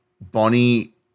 Bonnie